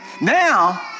Now